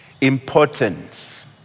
importance